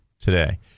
today